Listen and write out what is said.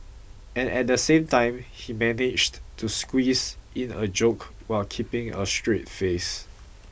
and at the same time he managed to squeeze in a joke while keeping a straight face